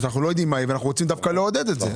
שאנחנו לא יודעים מה היא ואנחנו רוצים דווקא לעודד את זה.